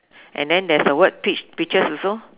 and then there's a word peach peaches also